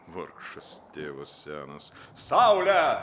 vargšas tėvas senas saule